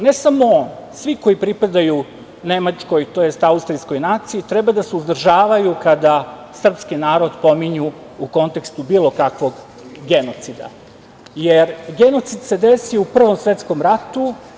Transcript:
Ne samo on, svi koji pripadaju nemačkoj, tj. austrijskoj naciji, treba da se uzdržavaju kada srpski narod pominju u kontekstu bilo kakvog genocida, jer genocid se desio u Prvom svetskom ratu.